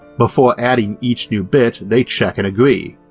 before adding each new bit they check and agree.